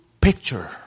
picture